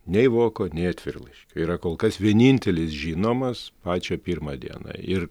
nei voko nei atvirlaiškio yra kol kas vienintelis žinomas pačią pirmą dieną ir